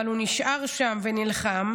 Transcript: אבל הוא נשאר שם ונלחם.